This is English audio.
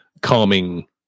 calming